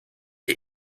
die